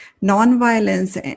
non-violence